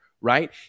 right